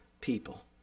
people